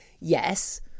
yes